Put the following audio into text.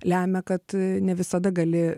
lemia kad ne visada gali